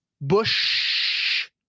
Bush